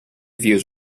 views